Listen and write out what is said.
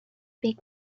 big